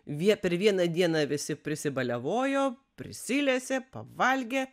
vie per vieną dieną visi prisibaliavojo prisilesė pavalgė